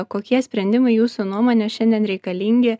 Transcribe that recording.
kokie sprendimai jūsų nuomone šiandien reikalingi